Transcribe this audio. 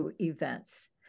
events